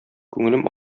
күңелем